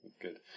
Good